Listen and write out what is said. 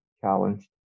challenged